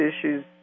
issues